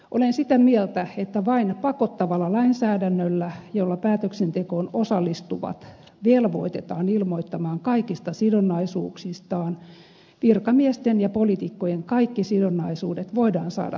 olen sitä mieltä että vain pakottavalla lainsäädännöllä jolla päätöksentekoon osallistuvat velvoitetaan ilmoittamaan kaikista sidonnaisuuksistaan virkamiesten ja poliitikkojen kaikki sidonnaisuudet voidaan saada päivänvaloon